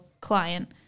client